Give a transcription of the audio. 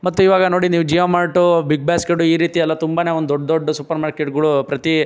ಮತ್ತೆ ಇವಾಗ ನೋಡಿ ನೀವು ಜಿಯೋ ಮಾರ್ಟ್ ಬಿಗ್ ಬ್ಯಾಸ್ಕೆಡ್ ಈ ರೀತಿಯೆಲ್ಲ ತುಂಬನೇ ಒಂದು ದೊಡ್ಡ ದೊಡ್ಡ ಸೂಪರ್ ಮಾರ್ಕೆಟ್ಗಳು ಪ್ರತೀ